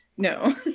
No